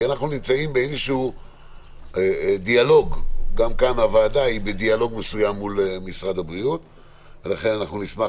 כי אנחנו נמצאים באיזשהו דיאלוג מול משרד הבריאות ולכן נשמח